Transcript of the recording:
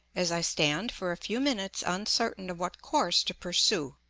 as i stand for a few minutes uncertain of what course to pursue.